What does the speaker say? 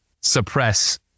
suppress